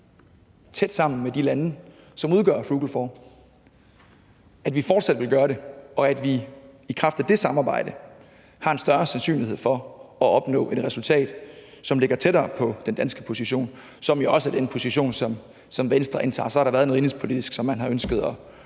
tæt sammen med de lande, som udgør the frugal four, altså om vi fortsat vil gøre det, og at vi i kraft af det samarbejde har en større sandsynlighed for at opnå et resultat, som ligger tættere på den danske position, som jo også er den position, som Venstre indtager. Så har der været noget indenrigspolitisk, som man har ønsket